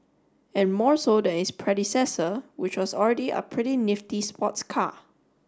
and more so than its predecessor which was already a pretty nifty sports car